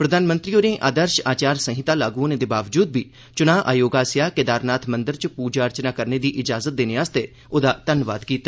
प्रधानमंत्री होरें आदर्ष आचार संहिता लागू होने दे बावजूद बी चुनां आयोग आस्सेआ केदारनाथ मंदर च पूजा अर्चना करने लेई इजाजत देने आस्तै ओदा धन्नवाद कीता